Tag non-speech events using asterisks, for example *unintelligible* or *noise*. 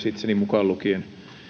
*unintelligible* itseni mukaan lukien